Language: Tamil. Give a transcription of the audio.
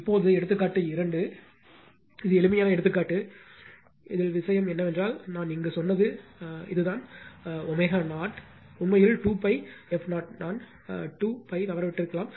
இப்போது எடுத்துக்காட்டு 2 எனவே இது எளிமையான எடுத்துக்காட்டு விஷயம் என்னவென்றால் நான் இங்கு சொன்னது இதுதான் 56